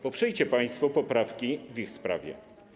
Poprzyjcie państwo poprawki w ich sprawie.